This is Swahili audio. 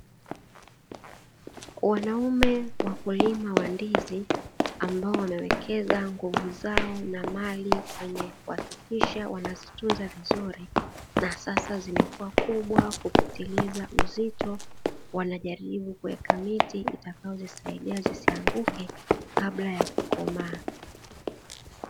Wanaume wakulima wa ndizi ambao wamewekeza nguvu zao na mali, kuhakikisha wanazitunza vizuri na sasa zimekuwa kubwa kupitiliza uzito, wanajaribu kuweka miti itakayolisaidia zisianguke kabla ya kukomaa.